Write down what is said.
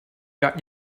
got